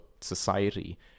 society